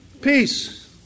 Peace